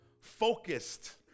focused